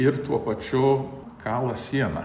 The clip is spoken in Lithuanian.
ir tuo pačiu kala sieną